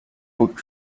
would